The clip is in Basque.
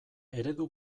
eredu